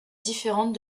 différente